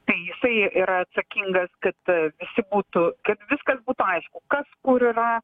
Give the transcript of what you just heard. tai jisai yra atsakingas kad visi būtų kad viskas būtų aišku kas kur yra